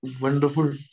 wonderful